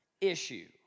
issue